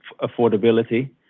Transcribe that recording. affordability